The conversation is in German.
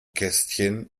kästchen